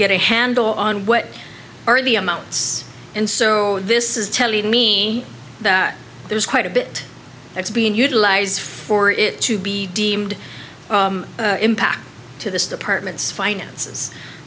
get a handle on what are the amounts and so this is telling me that there's quite a bit that's being utilized for it to be deemed impact to this department's finances